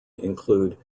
include